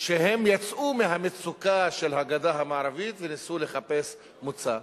שהם יצאו מהמצוקה של הגדה המערבית וניסו לחפש מוצא.